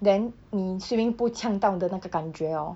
then 你 swimming pool 呛到的那个感觉 hor